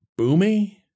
boomy